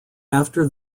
after